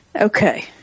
Okay